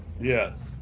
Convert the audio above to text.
Yes